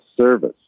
service